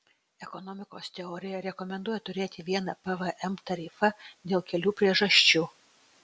ekonomikos teorija rekomenduoja turėti vieną pvm tarifą dėl kelių priežasčių